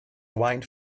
wind